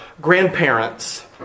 grandparents